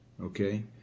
Okay